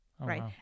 right